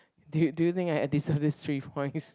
do you do you think I I deserve this three points